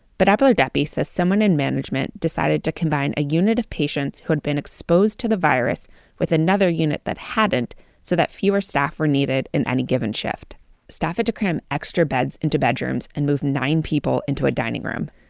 but ablordeppey says someone in management decided to combine a unit of patients who had been exposed to the virus with another unit that hadn't so that fewer staff were needed in any given shift staff had to cram extra beds into bedrooms and move nine people into a dining room.